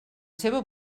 seva